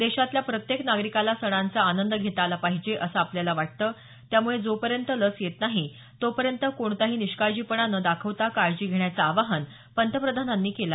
देशातल्या प्रत्येक नागरिकाला सणांचा आनंद घेता आला पाहिजे असं आपल्याला वाटतं त्यामुळे जोपर्यंत लस येत नाही तोपर्यंत कोणताही निष्काळजीपणा न दाखवता काळजी घेण्याचं आवाहन पंतप्रधानांनी यावेळी केलं